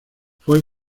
fue